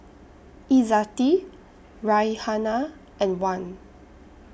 Izzati Raihana and Wan